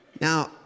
Now